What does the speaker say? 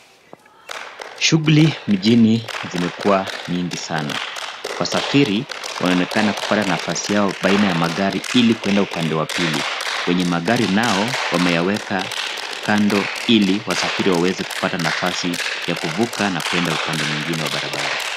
Shughuli mjini zimekuwa nyingi sana wasafiri wanaonekana kupata nafasi yao baina ya magari ili kwenda upande wa pili. Wenye magari nao wameyaweka kando ili wasafiri waweze kupata nafasi ya kuvuka na kwe da upande mwingine wa barabara.